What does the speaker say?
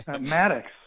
Maddox